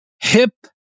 hip